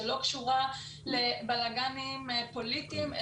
שלא קשורה לבלגאנים פוליטיים,